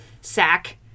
sack